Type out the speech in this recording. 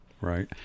Right